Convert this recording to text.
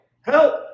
help